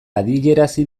adierazi